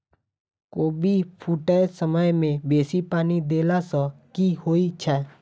कोबी फूटै समय मे बेसी पानि देला सऽ की होइ छै?